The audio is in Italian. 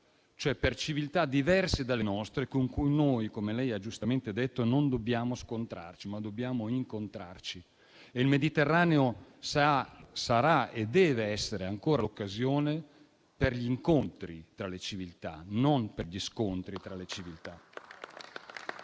islamico, civiltà diverse dalle nostre con cui noi, come lei ha giustamente detto, non dobbiamo scontrarci, ma incontrarci. Il Mediterraneo sarà e deve essere ancora l'occasione per gli incontri tra le civiltà, non per gli scontri tra di esse.